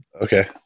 Okay